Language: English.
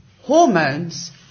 hormones